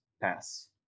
pass